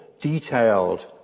detailed